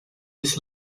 des